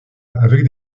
avec